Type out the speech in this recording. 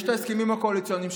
יש את ההסכמים הקואליציוניים,